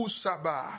Usaba